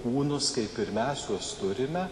kūnus kaip ir mes juos turime